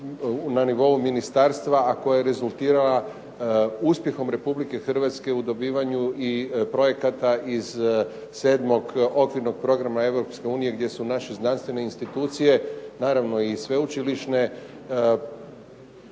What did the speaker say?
na nivou Ministarstva a koja je rezultirala uspjehom Republike Hrvatske u dobivanju projekata iz 7. Okvirnog programa Europske unije gdje su naše znanstvene institucije naravno i sveučilišne